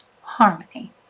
harmony